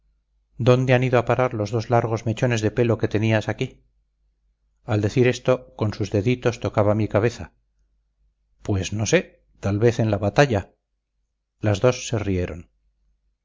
dónde han ido a parar los dos largos mechones de pelo que tenías aquí al decir esto con sus deditos tocaba mi cabeza pues no sé tal vez en la batalla las dos se rieron